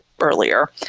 earlier